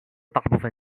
大部份